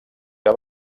que